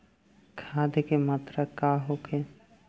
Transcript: खाध के मात्रा का होखे?